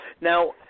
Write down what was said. Now